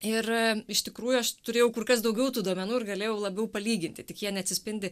ir iš tikrųjų aš turėjau kur kas daugiau tų duomenų ir galėjau labiau palyginti tik jie neatsispindi